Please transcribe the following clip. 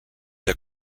der